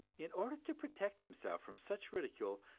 in order to protect himself from such ridicule,